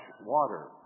water